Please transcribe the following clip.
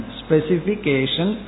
specification